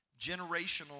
Generational